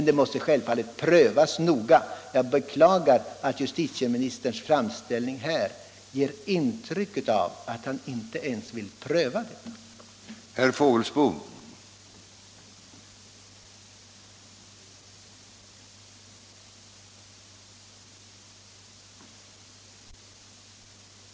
Det måste självfallet prövas noga, och jag beklagar att justitieministerns framställning här ger intrycket att han inte ens vill pröva detta.